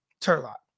turlock